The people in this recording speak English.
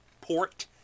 port